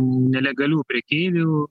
nelegalių prekeivių